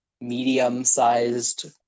medium-sized